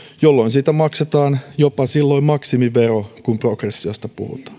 jolloin siitä maksetaan jopa maksimivero kun progressiosta